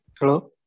Hello